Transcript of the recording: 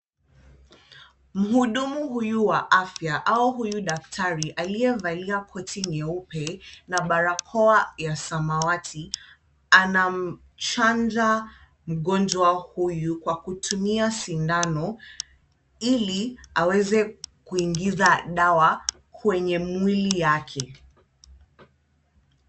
Mhudumu huyu wa afya au huyu daktari aliyevalia koti nyeupe na barakoa ya samawati anamchanja mgonjwa huyu kwa kutumia sindano ili aweze kuingiza dawa kwenye mwili yake.